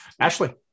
Ashley